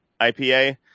IPA